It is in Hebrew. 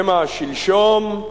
שמא שלשום,